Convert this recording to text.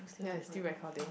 ya it's still recording